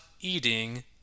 eating